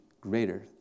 greater